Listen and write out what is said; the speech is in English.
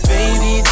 Baby